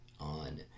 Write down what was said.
on